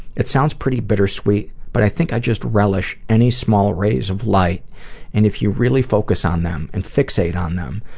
it sounds pretty bittersweet but i think i just relish any small rays of light and if you really focus on them and fixate on them,